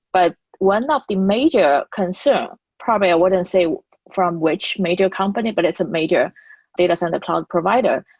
but one of the major concerns, probably i wouldn't say from which major company, but it's a major data center cloud provider,